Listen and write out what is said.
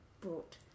Brought